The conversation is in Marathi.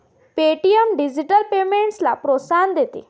पे.टी.एम डिजिटल पेमेंट्सला प्रोत्साहन देते